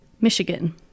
Michigan